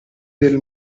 del